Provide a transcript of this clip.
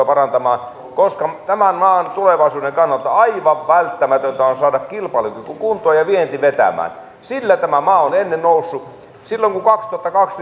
parantamaan koska tämän maan tulevaisuuden kannalta aivan välttämätöntä on saada kilpailukyky kuntoon ja vienti vetämään sillä tämä maa on ennen noussut silloin kun kun kaksituhattakaksi